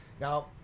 Now